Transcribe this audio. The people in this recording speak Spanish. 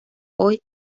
hoy